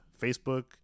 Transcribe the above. Facebook